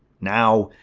now,